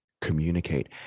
communicate